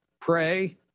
pray